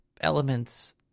elements